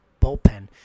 bullpen